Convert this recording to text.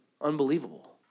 unbelievable